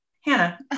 Hannah